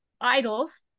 idols